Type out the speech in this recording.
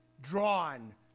drawn